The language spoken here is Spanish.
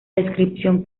descripción